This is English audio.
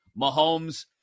Mahomes